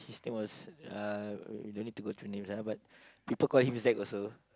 his name was uh no need to go through name ah but people call him Zack also